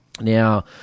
Now